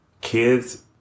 kids